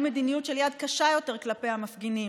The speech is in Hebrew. מדיניות של יד קשה יותר כלפי המפגינים,